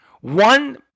One